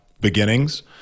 beginnings